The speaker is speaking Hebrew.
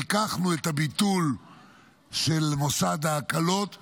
ריככנו את הביטול הצפוי של מוסד ההקלות הכללי.